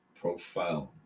profound